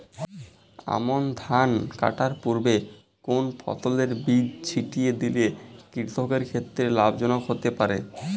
আমন ধান কাটার পূর্বে কোন ফসলের বীজ ছিটিয়ে দিলে কৃষকের ক্ষেত্রে লাভজনক হতে পারে?